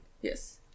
Yes